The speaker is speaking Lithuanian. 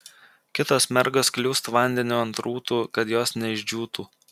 kitos mergos kliūst vandeniu ant rūtų kad jos neišdžiūtų